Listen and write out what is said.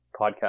podcast